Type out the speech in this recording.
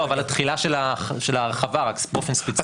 לא, אבל התחילה של ההרחבה רק באופן ספציפי.